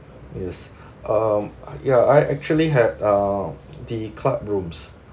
yes um yeah I actually had uh the club rooms